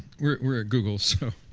we're at google, so